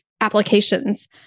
applications